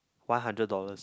one hundred dollars